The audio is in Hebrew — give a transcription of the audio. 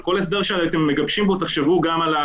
מבין שבמהלך